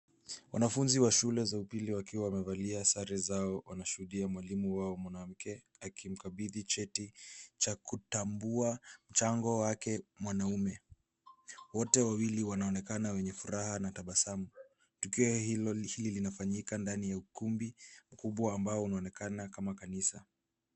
Wanafunzi wa shule za upili wakiwa wamevalia sare zao, wanashuhudia mwalimu wao mwanamke, akimkabidhi cheti cha kutambua mchango wake mwanaume. Wote wawili wanaonekana wenye furaha na tabasamu. Tukio hili linafanyika ndani ya ukumbi mkubwa ambao unaonekana kama kanisa.